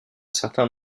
certain